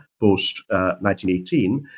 post-1918